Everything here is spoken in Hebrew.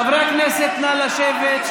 חברי הכנסת, נא לשבת.